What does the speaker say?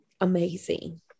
amazing